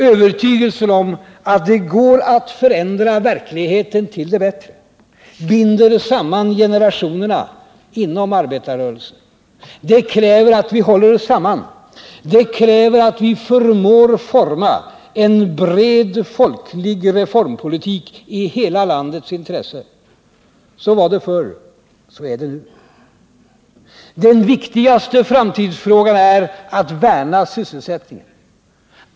Övertygelsen om att det går att förändra verkligheten till det bättre binder samman generationerna inom arbetarrörelsen. Det kräver att vi håller samman. Det kräver att vi förmår forma en bred folklig reformpolitik i hela landets intresse. Så var det förr, så är det nu. Den viktigaste framtidsfrågan är att värna sysselsättningen.